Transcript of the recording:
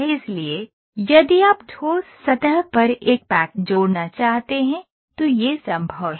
इसलिए यदि आप ठोस सतह पर एक पैक जोड़ना चाहते हैं तो यह संभव है